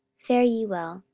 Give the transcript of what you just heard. fare ye well.